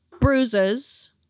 bruises